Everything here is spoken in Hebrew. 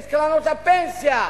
את קרנות הפנסיה,